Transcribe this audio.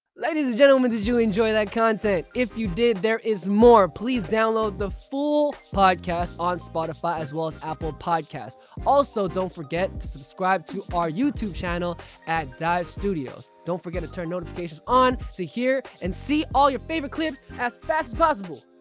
ladies and gentlemen, did you enjoy that content? if you did, there is more. please download the full podcast on spotify as well as apple podcasts also, don't forget to subscribe to our youtube channel at dive studios don't forget to turn notifications on to hear and see all your favorite clips as best possible